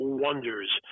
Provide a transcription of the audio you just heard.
wonders